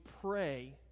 pray